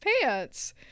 pants